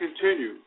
continue